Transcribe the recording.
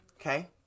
Okay